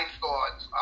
thoughts